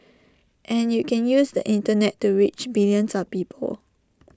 and you can use the Internet to reach billions of people